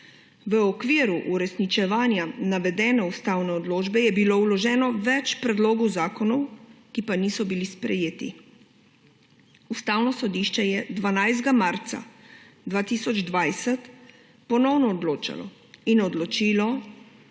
V okviru uresničevanja navedene ustavne odločbe je bilo vloženih več predlogov zakonov, ki pa niso bili sprejeti. Ustavno sodišče je 12. marca 2020 ponovno odločalo in odločilo,